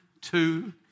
two